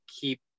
keep